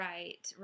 Right